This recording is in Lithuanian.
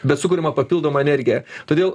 bet sukuriama papildoma energija todėl